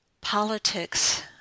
politics